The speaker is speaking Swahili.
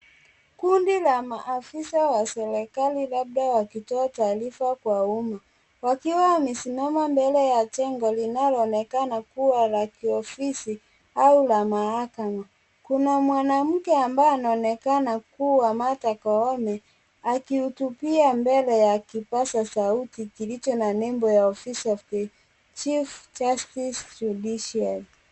Kundi la maafisa wa serikali labda wakitoa taarifa kwa umma wakiwa wamesimama kwa jengo linaloonekana kuwa la kiofisi au la mahakama . Kuna mwanamke ambaye anaonekana kuwa Martha koome akihutubia mbele ya kipaza sauti kilicho na nembo ya office of the chief justice judiciary .